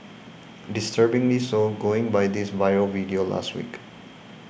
disturbingly so going by this viral video last week